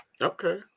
Okay